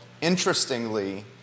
Interestingly